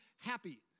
happy